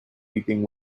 weeping